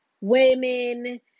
women